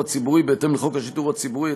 הציבורי בהתאם לחוק השידור הציבורי,